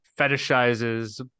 fetishizes